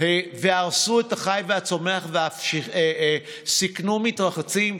וחירבו את החי והצומח ואף סיכנו מתרחצים,